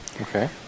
Okay